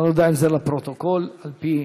אנחנו עוברים לנושא האחרון על סדר-היום,